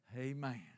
Amen